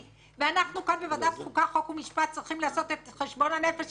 ואנחנו כאן בוועדת החוקה חוק ומשפט צריכים לעשות את חשבון הנפש שלנו,